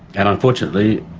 and unfortunately,